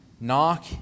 Knock